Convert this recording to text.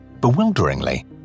Bewilderingly